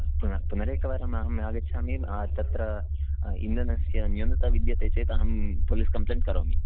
पुन् पुनरेकवारम् अहं आगच्छामि तत्र इन्धनस्य न्यूनता विद्यते चेत् अहं पोलिस् कम्प्लेण्ट् करोमि